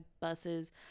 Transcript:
buses